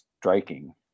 striking